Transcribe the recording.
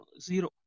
zero